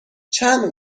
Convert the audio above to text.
چند